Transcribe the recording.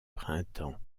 printemps